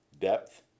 depth